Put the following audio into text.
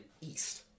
east